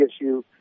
issue